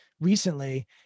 recently